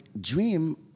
dream